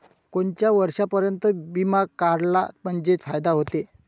कोनच्या वर्षापर्यंत बिमा काढला म्हंजे फायदा व्हते?